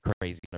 crazy